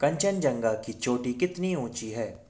कंचनजंगा की चोटी कितनी ऊँची है